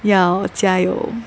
要加油